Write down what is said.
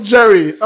Jerry